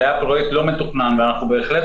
זה היה פרויקט לא מתוכנן ואנחנו בהחלט